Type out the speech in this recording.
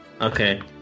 okay